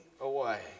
away